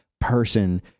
person